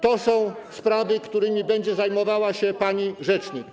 To są sprawy, którymi będzie zajmowała się pani rzecznik.